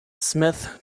smith